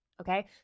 okay